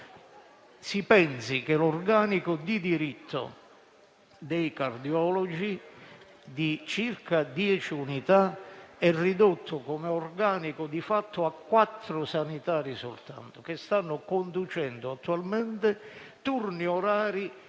Si pensi che l'organico di diritto dei cardiologi, di circa dieci unità, è ridotto di fatto a quattro sanitari soltanto, i quali stanno conducendo attualmente turni orari